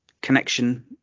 connection